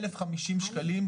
1,050 שקלים,